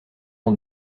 ans